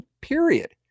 period